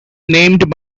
named